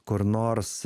kur nors